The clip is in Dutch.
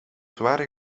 zware